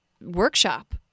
workshop